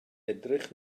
edrych